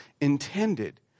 intended